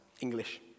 English